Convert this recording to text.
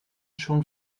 schon